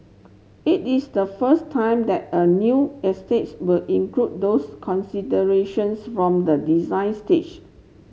it is the first time that a new estates will include those considerations from the design stage